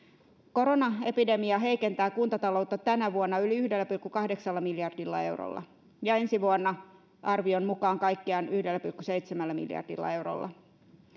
koronaepidemia heikentää kuntataloutta tänä vuonna yli yhdellä pilkku kahdeksalla miljardilla eurolla ja ensi vuonna arvion mukaan kaikkiaan yhdellä pilkku seitsemällä miljardilla eurolla